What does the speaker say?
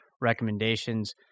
recommendations